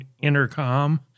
intercom